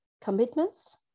commitments